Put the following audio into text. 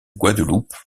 guadeloupe